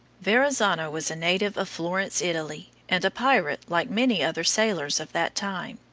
verrazzano was a native of florence, italy, and a pirate like many other sailors of that time.